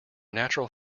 natural